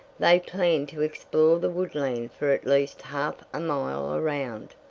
they planned to explore the woodland for at least half a mile around.